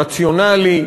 רציונלי,